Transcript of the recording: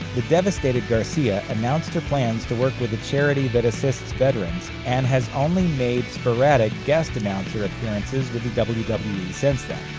the devastated garcia announced her plans to work with a charity that assists veterans, and has only made sporadic guest announcer appearances with the wwe wwe since then.